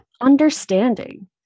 understanding